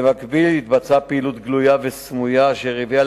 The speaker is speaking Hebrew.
במקביל התבצעה פעילות גלויה וסמויה אשר הביאה